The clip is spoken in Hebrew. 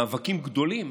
מאבקים גדולים